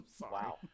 wow